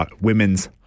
women's